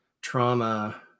trauma